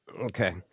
okay